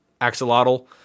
Axolotl